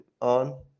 on